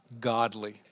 godly